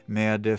med